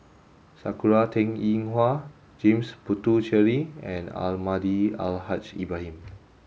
Sakura Teng Ying Hua James Puthucheary and Almahdi Al Haj Ibrahim